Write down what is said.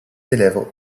élèves